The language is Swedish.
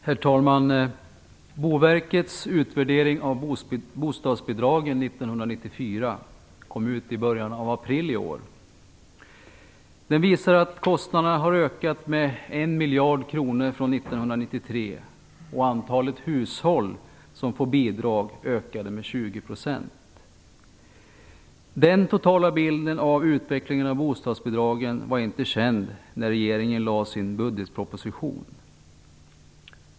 Herr talman! Boverkets utvärdering av bostadsbidragen 1994 kom ut i början av april i år. Den visar att kostnaderna har ökat med 1 miljard kronor från 20 %. Den totala bilden av utvecklingen av bostadsbidragen var inte känd när regeringen lade fram sin budgetproposition.